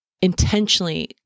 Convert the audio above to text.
intentionally